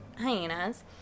hyenas